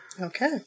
Okay